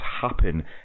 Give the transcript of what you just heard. happen